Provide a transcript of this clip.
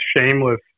shameless